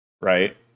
Right